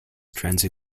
transit